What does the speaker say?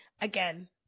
again